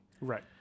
Right